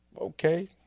Okay